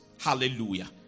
hallelujah